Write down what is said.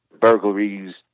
burglaries